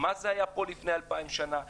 מזיזים מיליון תושבים מהמדינה ב-40 מיליון שקל בחודש.